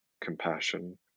compassion